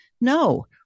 No